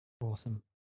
Awesome